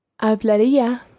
Hablaría